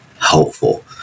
helpful